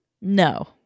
No